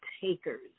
takers